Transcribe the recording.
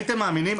הייתם מאמינים?